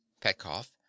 Petkoff